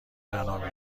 برنامه